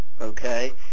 Okay